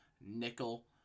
nickel